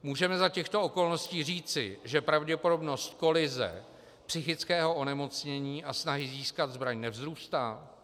Můžeme za těchto okolností říci, že pravděpodobnost kolize psychického onemocnění a snahy získat zbraň nevzrůstá?